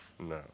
No